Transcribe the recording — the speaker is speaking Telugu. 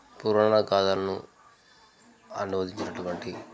పురాణకాలము అనువదించినటువంటి